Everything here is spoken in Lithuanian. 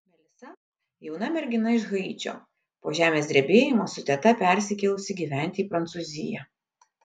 melisa jauna mergina iš haičio po žemės drebėjimo su teta persikėlusi gyventi į prancūziją